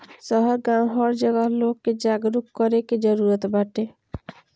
शहर गांव हर जगह लोग के जागरूक करे के जरुरत बाटे